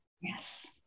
Yes